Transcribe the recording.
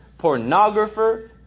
pornographer